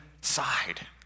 side